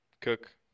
Cook